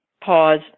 pause